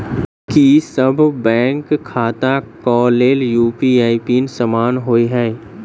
की सभ बैंक खाता केँ लेल यु.पी.आई पिन समान होइ है?